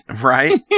right